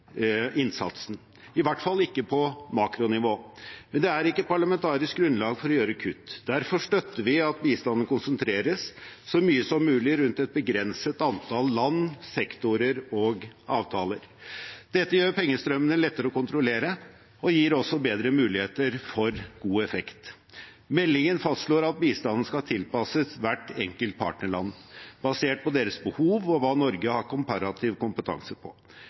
innsatsen, i hvert fall ikke på makronivå. Men det er ikke parlamentarisk grunnlag for å gjøre kutt. Derfor støtter vi at bistanden konsentreres så mye som mulig rundt et begrenset antall land, sektorer og avtaler. Dette gjør pengestrømmene lettere å kontrollere og gir også bedre muligheter for god effekt. Meldingen fastslår at bistanden skal tilpasses hvert enkelt partnerland basert på deres behov og hva Norge har komparativ kompetanse på.